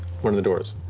one of the doors